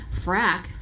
Frack